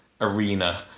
arena